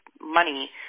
money